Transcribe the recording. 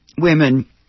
women